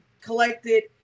collected